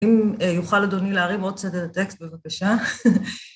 אם יוכל, אדוני, להרים עוד קצת את הטקסט, בבקשה.